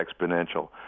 exponential